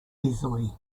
easily